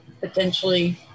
potentially